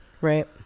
right